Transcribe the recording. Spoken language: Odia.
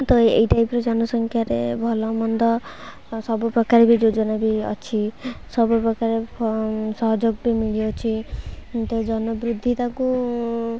ତ ଏଇ ଟାଇପ୍ର ଜନସଂଖ୍ୟାରେ ଭଲମନ୍ଦ ସବୁପ୍ରକାର ବି ଯୋଜନା ବି ଅଛି ସବୁପ୍ରକାର ସହଯୋଗ ବି ମିଳିଅଛି ତ ଜନବୃଦ୍ଧି ତାକୁ